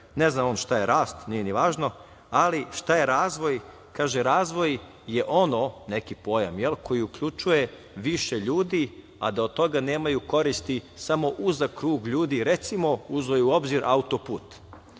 ne znamo šta je rast, nije ni važno, ali šta je razvoj, kaže – razvoj je ono, neki pojam, koji uključuje više ljudi, a da od toga nemaju koristi samo uzak krug ljudi. Recimo, uzeo je obzir autoput.